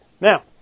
Now